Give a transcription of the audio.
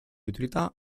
utilità